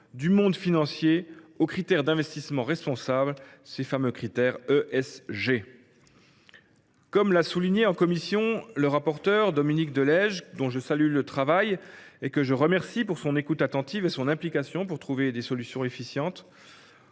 du monde financier aux critères d’investissement responsable, les fameux critères ESG. Comme l’a souligné en commission le rapporteur Dominique de Legge, dont je salue le travail et que je remercie de son écoute attentive et de son implication pour trouver des solutions efficientes,